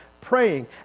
praying